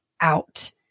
out